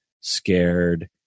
scared